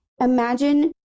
Imagine